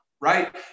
right